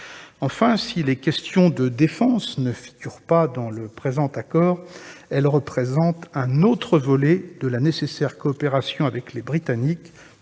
Enfin, si les questions de défense ne figurent pas dans le présent accord, elles représentent un autre volet de la nécessaire coopération avec les Britanniques,